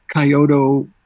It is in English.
Kyoto